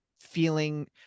feeling